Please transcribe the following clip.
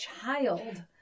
child